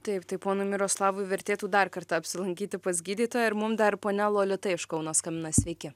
taip tai ponui miroslavui vertėtų dar kartą apsilankyti pas gydytoją ir mum dar ponia lolita iš kauno skambina sveiki